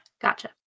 Gotcha